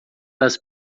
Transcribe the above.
das